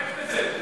אז תיאבק בזה.